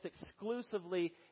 exclusively